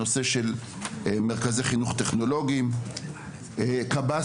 את הנושא של חינוך טכנולוגי ואת נושא הקב״סים.